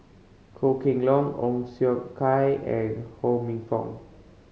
Goh Kheng Long Ong Siong Kai and Ho Minfong